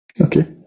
Okay